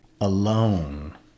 alone